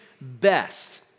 best